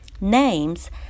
Names